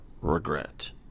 regret